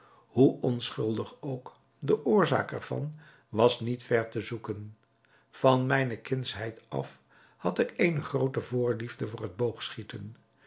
hoe onschuldig ook de oorzaak er van was niet ver te zoeken van mijne kindschheid af had ik eene groote voorliefde voor het boogschieten